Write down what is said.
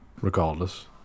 regardless